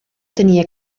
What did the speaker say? tenia